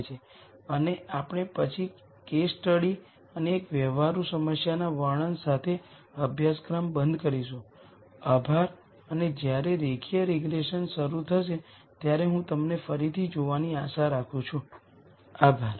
હું તમારો આભાર માનું છું અને આશા છે કે તમે સ્ટેટિસ્ટિક્સ પરના મોડ્યુલમાંથી પસાર થયા પછી તમને પાછા જોશો જે મારા સાથી પ્રોફેસર શંકર નરસિમ્હન દ્વારા શીખવવામાં આવશે